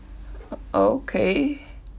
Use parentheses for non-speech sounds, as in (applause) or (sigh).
o~ okay (breath)